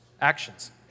actions